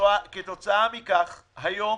כתוצאה מכך היום